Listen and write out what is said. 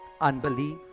unbelief